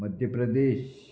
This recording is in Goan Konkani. मध्य प्रदेश